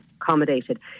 accommodated